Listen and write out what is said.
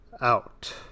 out